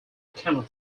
khanate